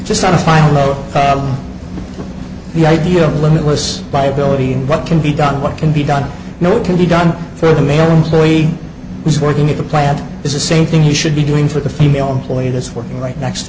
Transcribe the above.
just on a final note the idea of limitless by ability and what can be done what can be done now it can be done through the male employee who is working at the plant is the same thing he should be doing for the female employee that's working right next